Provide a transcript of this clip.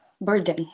burden